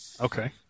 Okay